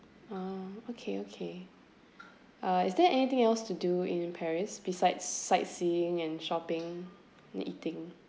oh okay okay uh is there anything else to do in paris besides sightseeing and shopping and eating